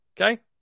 Okay